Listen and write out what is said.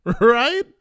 right